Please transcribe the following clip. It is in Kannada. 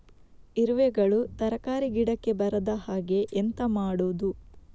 ಇರುವೆಗಳು ತರಕಾರಿ ಗಿಡಕ್ಕೆ ಬರದ ಹಾಗೆ ಎಂತ ಮಾಡುದು?